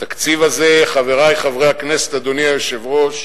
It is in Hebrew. התקציב הזה, חברי חברי הכנסת, אדוני היושב-ראש,